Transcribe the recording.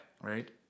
Right